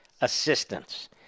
assistance